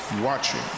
watching